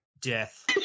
Death